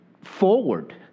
forward